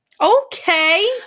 Okay